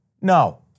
No